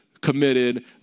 committed